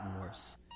worse